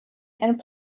and